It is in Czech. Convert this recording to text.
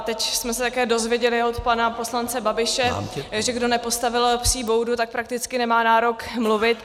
Teď jsme se také dozvěděli od pana poslance Babiše, že kdo nepostavil psí boudu, prakticky nemá nárok mluvit.